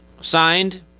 signed